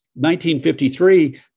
1953